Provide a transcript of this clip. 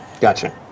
Gotcha